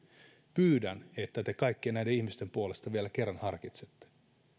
pyydän että te kaikkien näiden ihmisten puolesta vielä kerran harkitsette